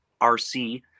rc